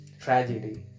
tragedy